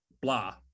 blah